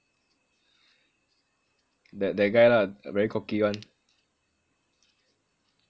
that that guy lah very cocky [one]